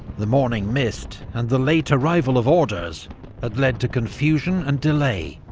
the morning mist and the late arrival of orders had led to confusion and delay,